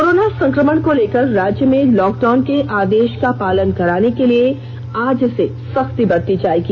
corona संक्रमण को लेकर राज्य में लॉकडाउन के आदेष का पालन कराने के लिए आज से सख्ती बरती जायेगी